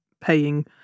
paying